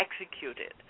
executed